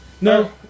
No